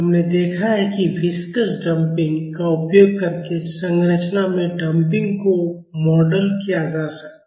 हमने देखा है कि विस्कस डंपिंग का उपयोग करके संरचना में डंपिंग को मॉडल किया जा सकता है